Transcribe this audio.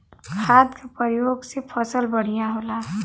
खाद क परयोग से फसल बढ़िया होला